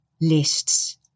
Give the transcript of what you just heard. lists